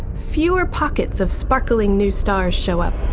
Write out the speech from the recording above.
fewer pockets of sparkling new stars show up.